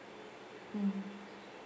mm